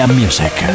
music